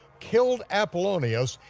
killed apollonius,